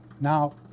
Now